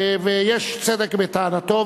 ויש צדק בטענתו,